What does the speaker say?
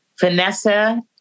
Vanessa